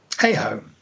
Hey-ho